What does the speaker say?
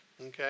Okay